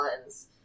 ones